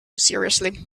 seriously